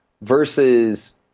Versus